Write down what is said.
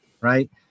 right